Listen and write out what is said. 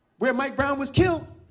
where mike brown was killed,